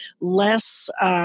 less